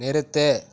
நிறுத்து